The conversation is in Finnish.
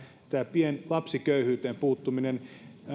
lapsiköyhyyteen puuttuminen